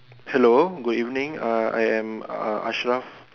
hello good evening uh I am uh Ashraf